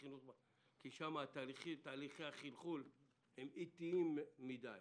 כי שם תהליכי החלחול אטיים מדי.